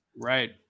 right